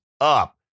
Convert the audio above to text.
up